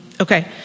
Okay